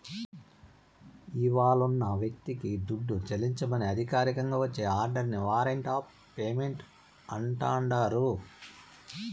ఇవ్వాలున్న వ్యక్తికి దుడ్డు చెల్లించమని అధికారికంగా వచ్చే ఆర్డరిని వారంట్ ఆఫ్ పేమెంటు అంటాండారు